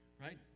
right